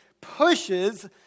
pushes